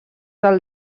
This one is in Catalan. del